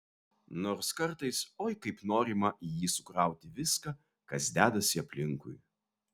nors kartais oi kaip norima į jį sukrauti viską kas dedasi aplinkui